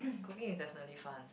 cooking is definitely fun